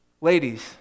Ladies